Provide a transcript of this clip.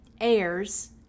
Heirs